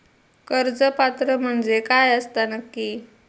कर्ज पात्र म्हणजे काय असता नक्की?